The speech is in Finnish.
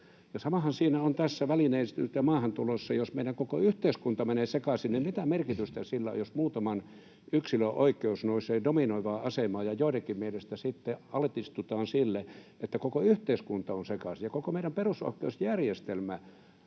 samahan on tässä välineellistetyssä maahantulossa, jos meidän koko yhteiskunta menee sekaisin. Mitä merkitystä sillä on, jos muutaman yksilön oikeus nousee dominoivaan asemaan ja joidenkin mielestä sitten altistutaan sille, että koko yhteiskunta on sekaisin ja koko meidän perusoikeusjärjestelmä